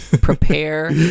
prepare